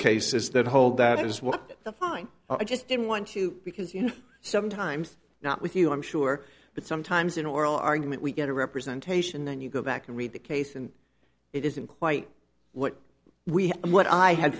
is that whole that is what the fine i just didn't want to because you know sometimes not with you i'm sure but sometimes in oral argument we get a representation then you go back and read the case and it isn't quite what we had and what i had